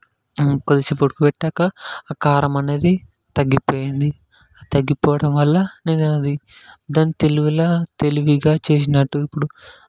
కొద్దిసేపు ఉడకబెట్టాక ఆ కారం అనేది తగ్గి పోయింది ఆ తగ్గి పోవడం వల్ల నేను అది దాన్ని తెలివిగా తెలివిగా చేసినట్టు ఇప్పుడు